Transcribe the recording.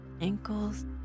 ankles